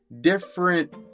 different